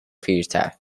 پیرتر